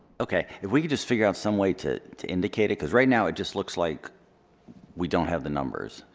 okay. if we could just figure out some way to to indicate it, because right now it just looks like we don't have the numbers.